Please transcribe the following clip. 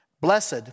blessed